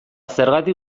zergatik